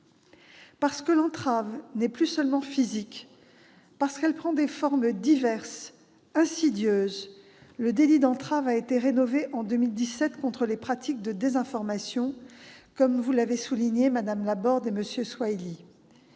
Parce que l'entrave n'est plus seulement physique, parce qu'elle prend des formes diverses, insidieuses, le délit d'entrave a été rénové en 2017, contre les pratiques de désinformation, comme vous l'avez souligné, madame Laborde et monsieur Mohamed